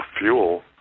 fuel